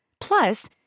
Plus